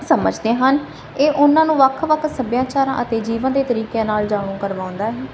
ਸਮਝਦੇ ਹਨ ਇਹ ਉਹਨਾਂ ਨੂੰ ਵੱਖ ਵੱਖ ਸੱਭਿਆਚਾਰਾਂ ਅਤੇ ਜੀਵਨ ਦੇ ਤਰੀਕਿਆਂ ਨਾਲ ਜਾਣੂ ਕਰਵਾਉਂਦਾ ਹੈ